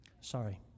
Sorry